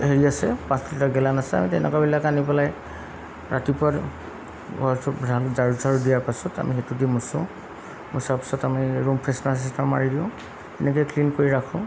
হেৰি আছে পাঁচ লিটাৰ গেলান আছে আমি তেনেকুৱাবিলাক আনি পেলাই ৰাতিপুৱা ঘৰ চৰ ঝাৰু চাৰু দিয়াৰ পাছত আমি সেইটো দিয়ে মচোঁ মোচাৰ পাছত আমি ৰুম ফ্ৰেছনাৰ চেছনাৰ মাৰি দিওঁ এনেকৈয়ে ক্লিন কৰি ৰাখোঁ